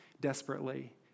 desperately